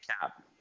cap